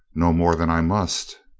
no more than i must.